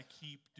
keep